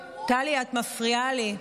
בגין לא היה אכול אשמה,